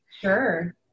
sure